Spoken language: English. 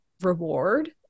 reward